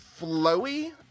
flowy